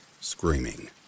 screaming